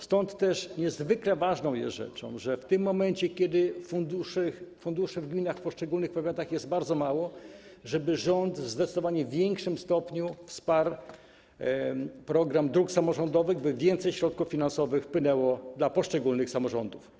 Stąd też niezwykle ważną rzeczą jest to, żeby w tym momencie, kiedy funduszy w gminach w poszczególnych powiatach jest bardzo mało, rząd w zdecydowanie większym stopniu wsparł program dróg samorządowych, tak by więcej środków finansowych wpłynęło do poszczególnych samorządów.